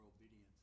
obedience